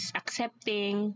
accepting